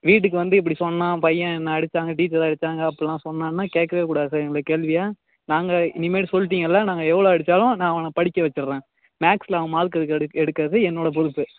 வீட்டுக்கு வந்து இப்படி சொன்னான் பையன் என்னை அடித்தாங்க டீச்சர் அடித்தாங்க அப்படிலாம் சொன்னான்னா கேட்கவே கூடாது சார் இந்த கேள்வியை நாங்கள் இனிமேல் சொல்லிட்டீங்கல்ல நாங்கள் எவ்வளோ அடித்தாலும் நான் அவனை படிக்க வெச்சிட்றேன் மேக்ஸில் அவன் மார்க் எடுக்க எடுக்கிறது என்னோடய பொறுப்பு